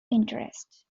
interest